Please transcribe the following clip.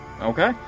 Okay